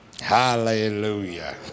Hallelujah